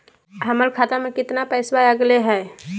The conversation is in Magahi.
हमर खतवा में कितना पैसवा अगले हई?